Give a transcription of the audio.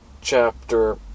chapter